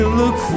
look